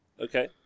Okay